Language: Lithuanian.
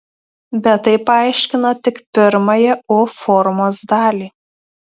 bet tai paaiškina tik pirmąją u formos dalį